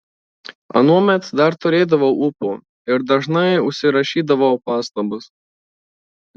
anuomet dar turėdavau ūpo ir dažnai užsirašydavau pastabas